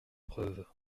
preuve